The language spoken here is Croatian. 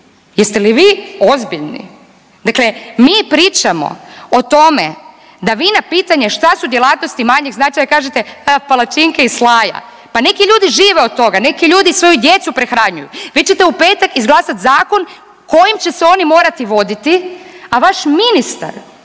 jeste li vi ozbiljni? Dakle mi pričamo o tome da vi na pitanje šta su djelatnosti manjeg značaja kažete palačinke i slaja. Pa neki ljudi žive od toga, neki ljudi svoju djecu prehranjuju. Vi ćete u petak izglasati zakon kojim će se oni morati voditi, a vaš ministar